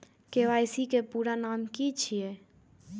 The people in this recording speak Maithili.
के.वाई.सी के पूरा नाम की छिय?